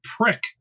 prick